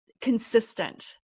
consistent